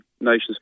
nation's